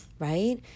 right